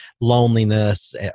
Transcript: loneliness